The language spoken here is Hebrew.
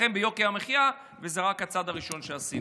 להילחם ביוקר המחיה, וזה רק הצעד הראשון שעשינו.